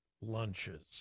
lunches